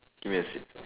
give me a seat